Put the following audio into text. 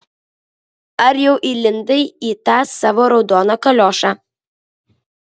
ar jau įlindai į tą savo raudoną kaliošą